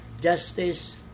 Justice